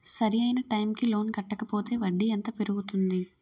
సరి అయినా టైం కి లోన్ కట్టకపోతే వడ్డీ ఎంత పెరుగుతుంది?